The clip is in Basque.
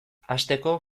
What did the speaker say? hasteko